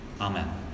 Amen